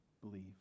Believe